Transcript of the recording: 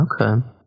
Okay